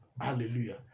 Hallelujah